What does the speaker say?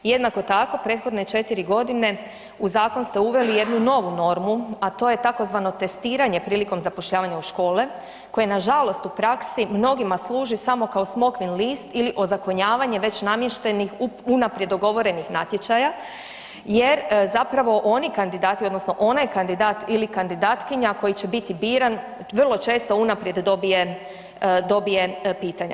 Jednako tako prethodne 4.g. u zakon ste uveli jednu novu normu, a to je tzv. testiranje prilikom zapošljavanja u škole koje nažalost u praksi mnogima služi samo kao smokvin list ili ozakonjavanje već namještenih unaprijed dogovorenih natječaja jer zapravo oni kandidati odnosno onaj kandidat ili kandidatkinja koji će biti biran vrlo često unaprijed dobije, dobije pitanja.